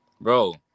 Bro